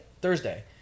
Thursday